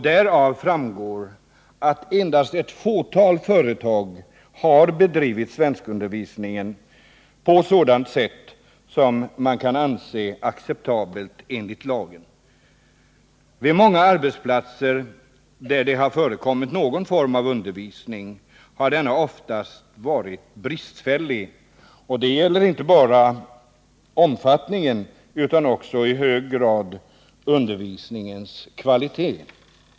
Därav framgår att endast ett fåtal företag har bedrivit svenskundervisningen på ett sätt som man kan anse acceptabelt enligt lagen. På många arbetsplatser där det förekommit någon form av undervisning har denna ofta varit ytterst bristfällig — och det gäller inte bara omfattningen, utan också i hög grad undervisningens kvalitet.